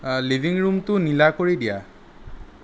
living ৰুমটো নীলা কৰি দিয়া